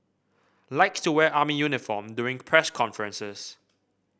likes to wear army uniform during press conferences